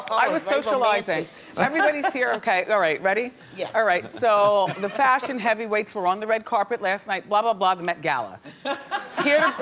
i was socializing but everybody's here okay all right ready yeah all right so the fashion heavyweights were on the red carpet last night blah blah blah the met gala here